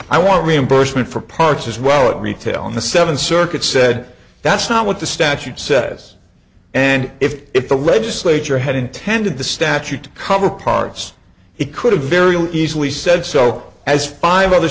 i want reimbursement for parts as well at retail on the seventh circuit said that's not what the statute says and if the legislature had intended the statute to cover parts it could have very easily said so as five other